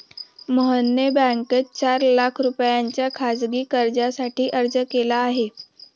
मोहनने बँकेत चार लाख रुपयांच्या खासगी कर्जासाठी अर्ज केला आहे